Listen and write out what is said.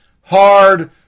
hard